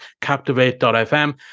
Captivate.fm